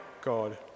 God